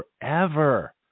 forever